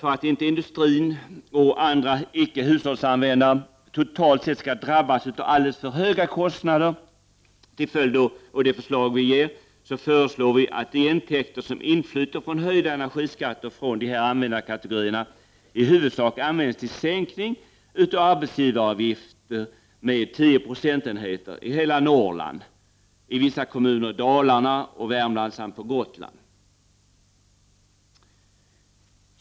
För att inte industrin och andra icke-hushållsanvändare totalt sett skall drabbas av alldeles för höga kostnader till följd av vårt förslag föreslår vi att de intäkter som inflyter från höjda energiskatter för dessa användarkategorier i huvudsak används till sänkning av arbetsgivaravgifter med tio procentenheter i hela Norrland, i vissa kommuner i Dalarna och Värmland samt på Gotland.